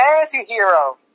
anti-hero